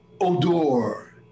odor